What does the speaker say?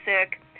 sick